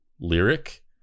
lyric